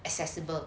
accessible